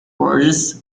orders